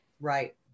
Right